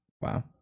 wow